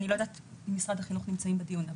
אני לא יודעת אם משרד החינוך נמצאים בדיון.